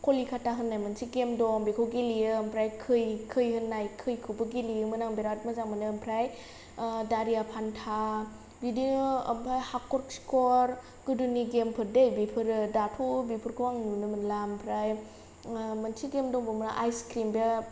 कलिकाता होननाय मोनसे गेम दं बेखौ गेलेयो आमफ्राय खै खै होननाय खैखौबो गेलेयोमोन आं बिराद मोजां मोनो ओमफ्राय आह दारिया फान्था बिदिनो ओमफ्राय हाखर खिखर गोदोनि गामफोर दे बेफोरो दाथ' बेफोरखौ आं नुनो मोनला ओमफ्राय मोनसे गेम दंबावयोमोन आइस क्रिम बे